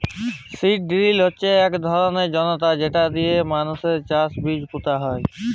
seed drill হচ্যে ইক ধরলের যনতর যেট দিয়ে চাষের জমিতে বীজ পুঁতা হয়